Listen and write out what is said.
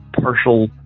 partial